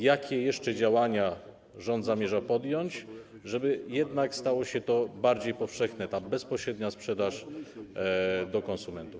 Jakie jeszcze działania rząd zamierza podjąć, żeby jednak stało się to bardziej powszechne, ta bezpośrednia sprzedaż konsumentom?